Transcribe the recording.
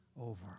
over